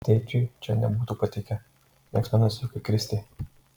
tėčiui čia nebūtų patikę linksmai nusijuokė kristė